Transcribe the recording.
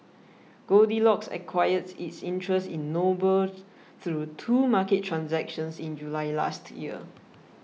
goldilocks acquired its interest in Noble through two market transactions in July last year